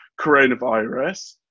coronavirus